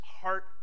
heart